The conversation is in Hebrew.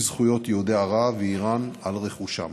זכויות יהודי ארצות ערב ואיראן על רכושם.